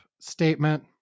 statement